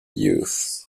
youth